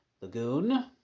Lagoon